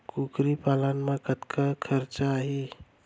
कुकरी पालन म कतका खरचा आही?